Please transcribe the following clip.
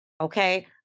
okay